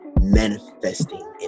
Manifesting